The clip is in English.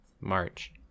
March